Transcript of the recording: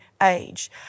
age